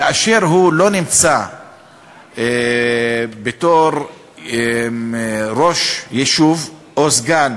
כאשר הוא לא נמצא בתור ראש יישוב או סגן,